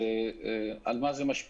זה על מה זה משפיע,